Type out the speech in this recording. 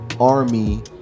army